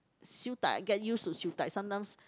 Siew Dai I get used to Siew Dai sometimes